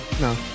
no